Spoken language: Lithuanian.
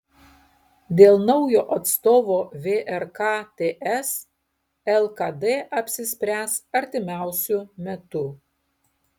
dėl naujo atstovo vrk ts lkd apsispręs artimiausiu metu